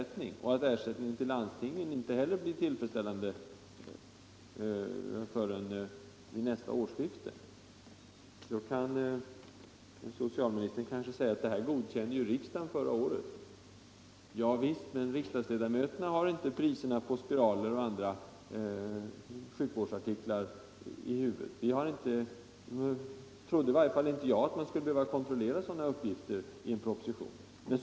Likaså behöver det förklaras varför ersättningen till landstingen inte heller blir tillfredsställande förrän vid nästa årsskifte. Nu kanske socialministern säger att detta är någonting som riksdagen godkände förra året. Ja, men riksdagsledamöterna har inte priserna på spiraler och andra sjukvårdsartiklar i huvudet. Och i varje fall trodde inte jag att man skulle behöva kontrollera sådana uppgifter i en proposition.